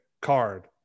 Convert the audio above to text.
card